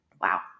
wow